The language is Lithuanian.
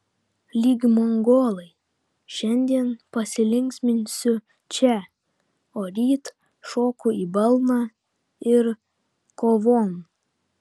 lyg mongolai šiandien pasilinksminsiu čia o ryt šoku į balną ir kovon